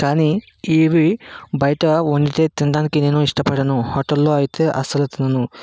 కానీ ఇవి బయట వండితే తినడానికి నేను ఇష్టపడను హోటల్లో అయితే అసలు తినను